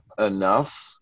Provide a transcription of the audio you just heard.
enough